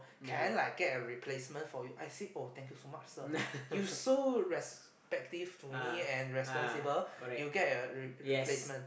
can I get a replacement for you I say oh thank you so much sir you so respective to me and responsible you get a re~ replacement